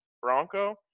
bronco